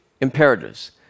imperatives